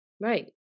Right